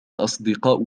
أصدقاء